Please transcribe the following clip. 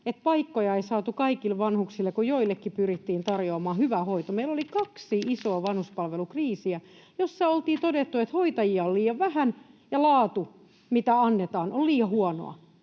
että paikkoja ei saatu kaikille vanhuksille, kun joillekin pyrittiin tarjoamaan hyvä hoito. Meillä oli kaksi isoa vanhuspalvelukriisiä, joissa oltiin todettu, että hoitajia on liian vähän ja laatu, mitä annetaan, on liian huonoa.